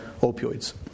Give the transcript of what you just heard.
opioids